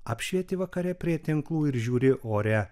apšvieti vakare prie tinklų ir žiūri ore